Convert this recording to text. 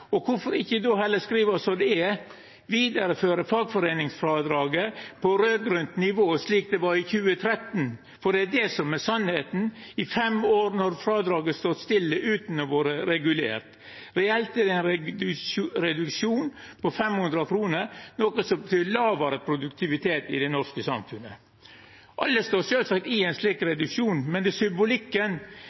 kr. Kvifor ikkje heller då skrive det slik det er – vidareføra fagforeiningsfrådraget på raud-grønt nivå, slik det var i 2013? For det er det som er sanninga. I fem år no har frådraget stått stille, utan å ha vore regulert. Reelt er det ein reduksjon på 500 kr, noko som betyr lågare produktivitet i det norske samfunnet. Alle står sjølvsagt i ein slik reduksjon, men det er symbolikken